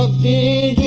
ah the